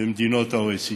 במדינות ה-OECD.